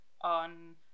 on